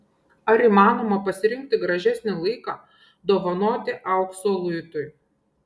ar įmanoma pasirinkti gražesnį laiką dovanoti aukso luitui